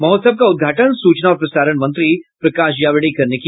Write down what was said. महोत्सव का उद्घाटन सूचना और प्रसारण मंत्री प्रकाश जावड़ेकर ने किया